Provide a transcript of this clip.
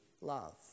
love